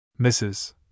Mrs